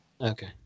okay